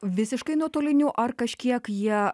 visiškai nuotoliniu ar kažkiek jie